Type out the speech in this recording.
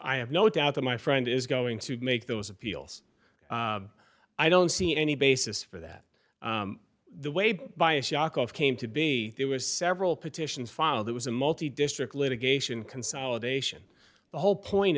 i have no doubt that my friend is going to make those appeals i don't see any basis for that the way by a shock of came to be there were several petitions filed it was a multi district litigation consolidation the whole point